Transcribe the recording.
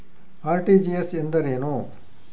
RTGS ಎಂದರೇನು?